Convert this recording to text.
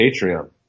Patreon